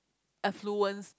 affluence